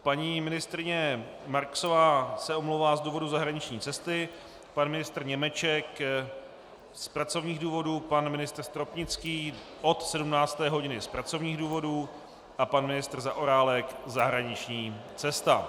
Paní ministryně Marksová se omlouvá z důvodu zahraniční cesty, pan ministr Němeček z pracovních důvodů, pan ministr Stropnický od 17 hodin pracovní důvody, pan ministr Zaorálek zahraniční cesta.